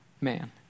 man